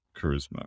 charisma